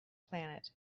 planet